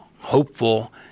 hopeful